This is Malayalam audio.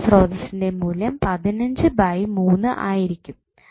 കറണ്ട് സ്രോതസ്സ്ന്റെ മൂല്യം 15 ബൈ 3 ആയിരിക്കും